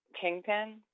kingpin